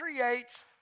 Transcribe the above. creates